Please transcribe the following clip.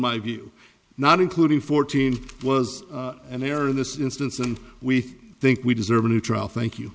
my view not including fourteen was an error in this instance and we think we deserve a new trial thank you